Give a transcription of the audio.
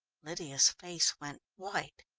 lydia's face went white.